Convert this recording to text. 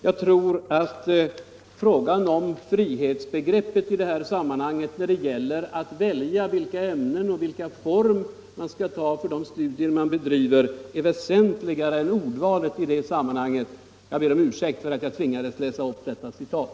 Jag tror att frågan om frihetsbegreppet i det här sammanhanget, när det gäller att välja ämnen och form för de studier man bedriver, är väsentligare än ordvalet. Jag ber, herr talman, om ursäkt för att jag tvingades läsa upp detta citat.